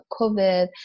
COVID